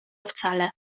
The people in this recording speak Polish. wcale